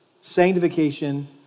sanctification